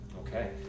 Okay